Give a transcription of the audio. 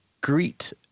Greet